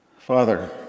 Father